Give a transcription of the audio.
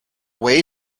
way